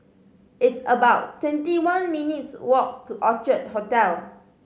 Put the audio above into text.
it's about twenty one minutes' walk to Orchard Hotel